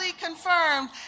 confirmed